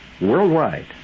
worldwide